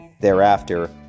thereafter